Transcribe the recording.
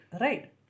right